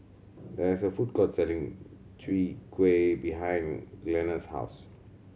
there is a food court selling Chwee Kueh behind Glenna's house